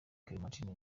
clementine